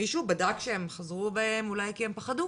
מישהו בדק שהן חזרו בהם אולי כי הם פחדו?